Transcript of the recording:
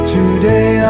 Today